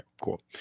cool